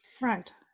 Right